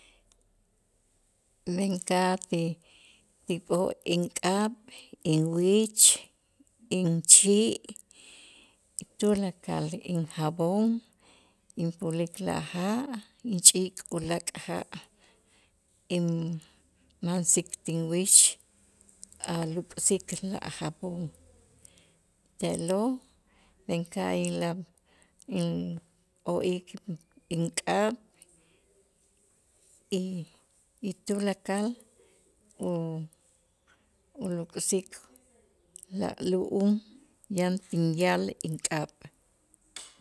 Men ka'aj ti- ti p'o' ink'ab', inwich, inchi' tulakal injab'on inpulik la ja' inch'ik ulaak' ja' mansik tinwich a' luk'sik la jabón te'lo' inka'aj inlab inp'o'ik ink'ab' y tulakal u- uluk'sik la lu'um yan tinyal ink'ab'.